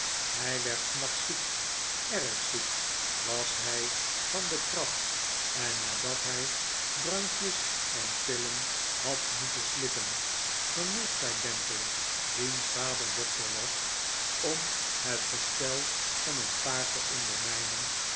hij werd s nachts ziek erg ziek was hij van de krab en nadat hij drankjes en pillen had moeten slikken genoeg zei demple wiens vader dokter was om het gestel van een paard te